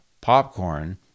popcorn